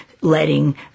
letting